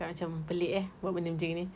tak macam pelik eh buat benda macam gini